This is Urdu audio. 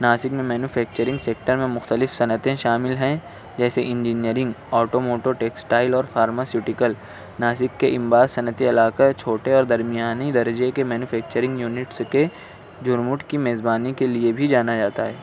ناسک میں مینوفیکچرنگ سیکٹر میں مختلف صنعتیں شامل ہیں جیسے انجینئرنگ آٹوموٹو ٹیکسائل اور فارماسیوٹیکل ناسک کے ان بعض صنعتی علاقہ چھوٹے اور درمیانی درجے کے مینوفیکچرنگ یونٹس کے جھرمٹ کی میزبانی کے لئے بھی جانا جاتا ہے